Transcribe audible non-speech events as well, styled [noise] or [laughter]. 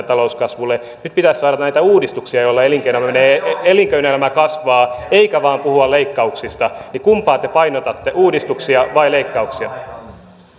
[unintelligible] talouskasvulle nyt pitäisi saada näitä uudistuksia joilla elinkeinoelämä kasvaa eikä vain puhua leikkauksista kumpaa te painotatte uudistuksia vai leikkauksia